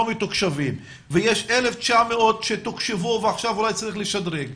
מתוקשבים ויש 1,900 שתוקשבו ועכשיו אולי צריך לשדרג,